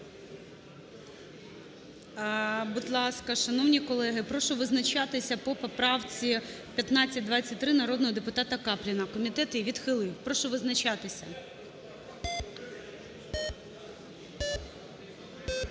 Будь ласка, шановні колеги, прошу визначатися по поправці 1523 народного депутата Капліна, комітет її відхилив. Прошу визначатися.